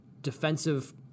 defensive